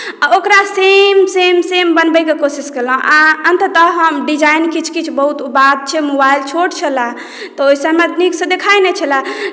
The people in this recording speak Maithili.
आ ओकरा सेम सेम सेम बनबैके कोशिश केलहुँ आ अन्ततः हम डिज़ाइन किछु किछु बहुत बात छै मोबाइल छोट छले तऽ ओहिसँ हमरा नीकसँ देखाइ नहि छले